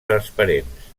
transparents